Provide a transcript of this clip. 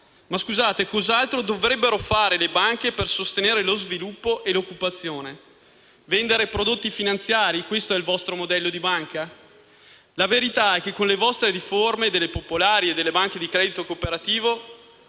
accusa. Ma cos'altro dovrebbero fare le banche per sostenere lo sviluppo e l'occupazione? Vendere prodotti finanziari? Questo è il vostro modello di banca? La verità è che, con le vostre riforme delle banche popolari e delle banche di credito cooperativo,